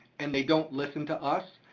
and they don't listen to us,